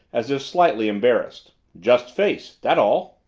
as if slightly embarrassed. just face that's all.